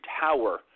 tower